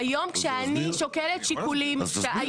שגם